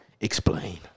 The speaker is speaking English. Explain